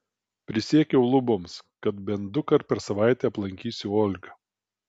prisiekiau luboms kad bent dukart per savaitę aplankysiu olgą